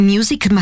Music